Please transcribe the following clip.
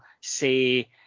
say